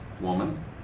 woman